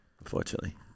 Unfortunately